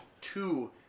two